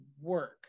work